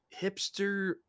hipster